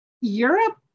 Europe